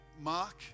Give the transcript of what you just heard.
Mark